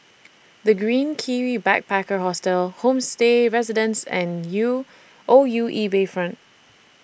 The Green Kiwi Backpacker Hostel Homestay Residences and U O U E Bayfront